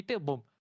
boom